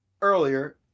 earlier